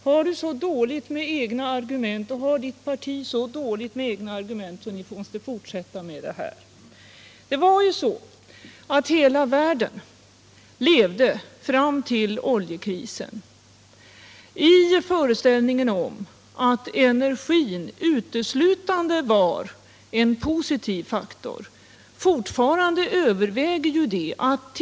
Har du och ditt parti så dåligt med egna argument att ni måste fortsätta med det här? Hela världen levde ju fram till oljekrisen i föreställningen att energin uteslutande var en positiv faktor. Fortfarande gäller naturligtvis att energin huvudsakligen spelar en positiv roll.